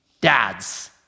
dads